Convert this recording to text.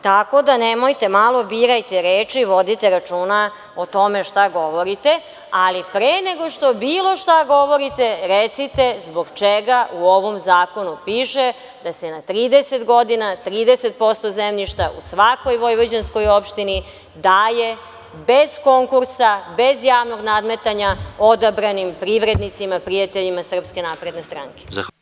Tako da nemojte, malo birajte reči, vodite računa o tome šta govorite, ali pre nego što bilo šta izgovorite recite zbog čega u ovom zakonu piše da se na 30 godina 30% zemljišta u svakoj vojvođanskoj opštini daje bez konkursa, bez javnog nadmetanja odabranim privrednicima, prijateljima Srpske napredne stranke.